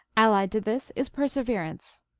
allied to this is perseverance.